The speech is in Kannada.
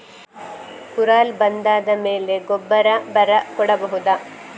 ಕುರಲ್ ಬಂದಾದ ಮೇಲೆ ಗೊಬ್ಬರ ಬರ ಕೊಡಬಹುದ?